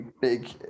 big